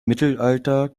mittelalter